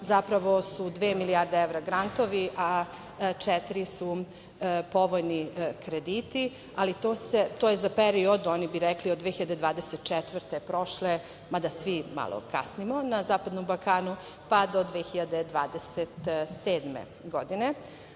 zapravo su dve milijarde evra grantovi, a četiri su povoljni krediti. To je za period, oni bi rekli od 2024. godine, prošle, mada svi malo kasnimo na zapadnom Balkanu, pa do 2027. godine. Ako